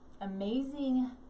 amazing